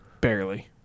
Barely